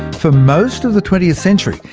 for most of the twentieth century,